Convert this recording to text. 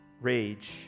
Rage